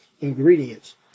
ingredients